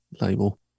label